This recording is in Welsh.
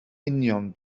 union